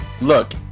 Look